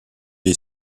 est